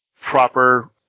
proper